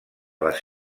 les